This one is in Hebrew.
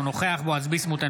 אינו נוכח בועז ביסמוט,